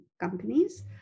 companies